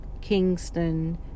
Kingston